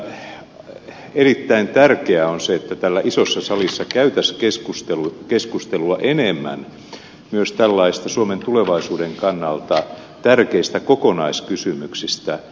minusta erittäin tärkeää on se että täällä isossa salissa käytäisiin keskustelua enemmän myös tällaisista suomen tulevaisuuden kannalta tärkeistä kokonaiskysymyksistä